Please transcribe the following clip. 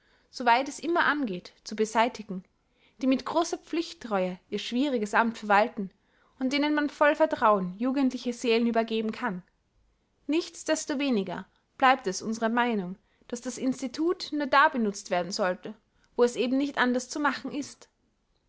weit es immer angeht zu beseitigen die mit großer pflichttreue ihr schwieriges amt verwalten und denen man voll vertrauen jugendliche seelen übergeben kann nichts destoweniger bleibt es unsere meinung daß das institut nur da benutzt werden sollte wo es eben nicht anders zu machen ist